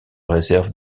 réserve